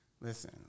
Listen